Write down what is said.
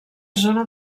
zona